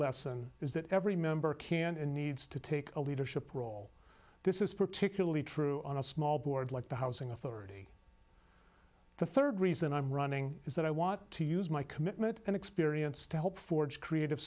lesson is that every member can and needs to take a leadership role this is particularly true on a small board like the housing authority the third reason i'm running is that i want to use my commitment and experience to help forge creative